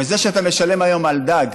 וזה שאתה משלם היום על דג